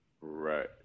Right